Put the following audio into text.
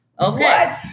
Okay